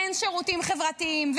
אין שירותים חברתיים,